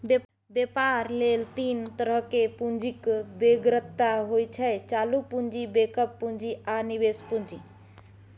बेपार लेल तीन तरहक पुंजीक बेगरता होइ छै चालु पुंजी, बैकअप पुंजी आ निबेश पुंजी